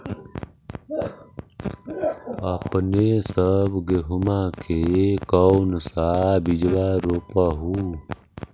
अपने सब गेहुमा के कौन सा बिजबा रोप हू?